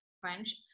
French